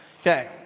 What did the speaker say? Okay